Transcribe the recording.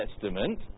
Testament